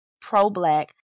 pro-black